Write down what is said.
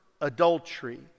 adultery